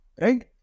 right